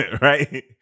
right